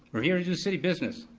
we're here to do city business.